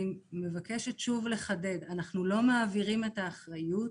מבקשת שוב לחדד, אנחנו לא מעבירים את האחריות,